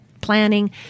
planning